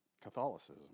Catholicism